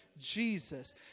Jesus